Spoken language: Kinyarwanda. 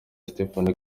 stephanie